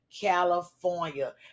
California